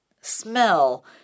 smell